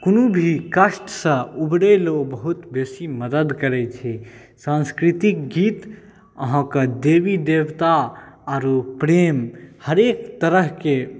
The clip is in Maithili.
कोनो भी कष्टसँ उबरैलए ओ बहुत बेसी मदति करै छै सांस्कृतिक गीत अहाँके देवी देवता आओर प्रेम हरेक तरहके